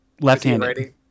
Left-handed